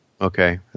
Okay